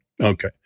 Okay